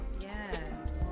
Yes